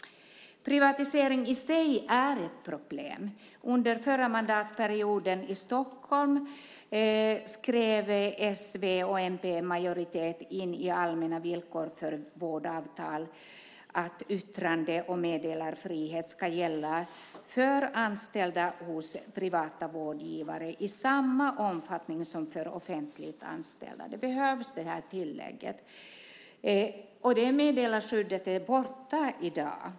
Privatisering i sig är ett problem. Under förra mandatperioden i Stockholm skrev s, v och mp i majoritet in i de allmänna villkoren för vårdavtal att yttrande och meddelarfrihet ska gälla för anställda hos privata vårdgivare i samma omfattning som för offentligt anställda. Tillägget behövs. Det meddelarskyddet är borta i dag.